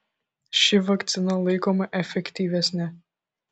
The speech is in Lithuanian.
ši vakcina laikoma efektyvesne